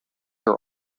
are